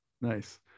Nice